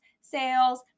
sales